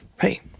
Hey